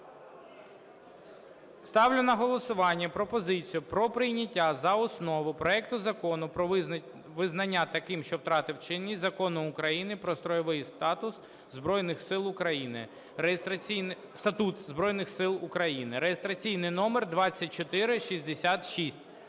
Ставлю на голосування пропозицію про прийняття за основу проекту Закону про визнання таким, що втратив чинність, Закону України "Про Стройовий статут Збройних Сил України" (реєстраційний номер 2466).